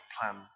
plan